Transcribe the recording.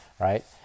right